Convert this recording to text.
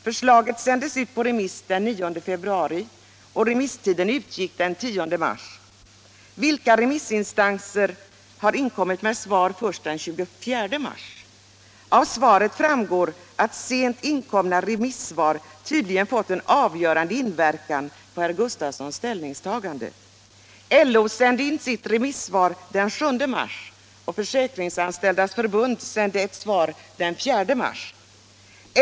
Förslaget sändes ut på remiss den 9 februari, och remisstiden gick ut den 10 mars. Vilka remissinstanser har inkommit med svar först den 24 mars? Av svaret framgår att sent inkomna remissvar tydligen har fått en avgörande inverkan på herr Gustavssons ställningstagande. LO sände in sitt remissvar den 7 mars och Försäkringsanställdas förbund sände ett svar den 4 mars.